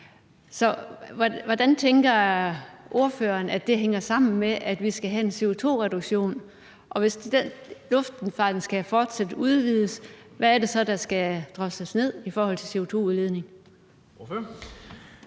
Så hvordan tænker ordføreren det hænger sammen med, at vi skal have en CO2-reduktion? Og hvis luftfarten fortsat skal udvides, hvad er det så, der skal drosles ned i forhold til CO2-udledning?